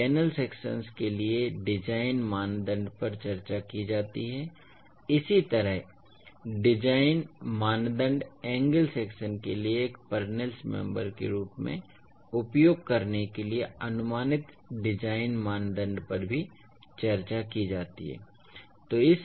तो channel sections के लिए डिज़ाइन मानदंड पर चर्चा की जाती है इसी तरह डिज़ाइन मानदंड एंगल सेक्शन के लिए एक पुर्लिन्स मेम्बर के रूप में उपयोग करने के लिए अनुमानित डिज़ाइन मानदंड पर भी चर्चा की जाती है